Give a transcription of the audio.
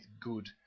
good